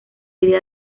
idea